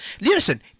Listen